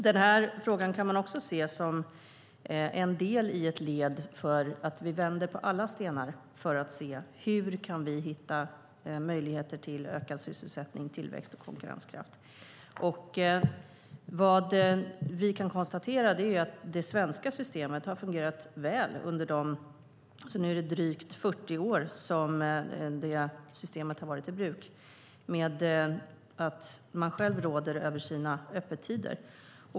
Denna fråga kan man också se som en del i ett led för att vi vänder på alla stenar för att se hur vi kan hitta möjligheter till ökad sysselsättning, tillväxt och konkurrenskraft. Vi kan konstatera att det svenska systemet har fungerat väl under de drygt 40 år som det har varit i bruk när det gäller att man själv råder över sina öppettider.